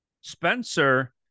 Spencer